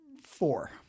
four